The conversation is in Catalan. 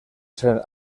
ser